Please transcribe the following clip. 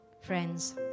friends